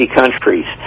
countries